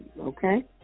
okay